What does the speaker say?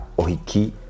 ohiki